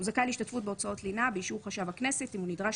הוא זכאי להשתתפות בהוצאות לינה באישור חשב הכנסת אם הוא נדרש